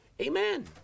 Amen